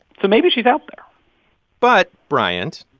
so maybe she's out there but, bryant,